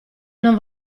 non